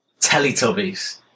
Teletubbies